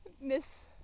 miss